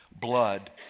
Blood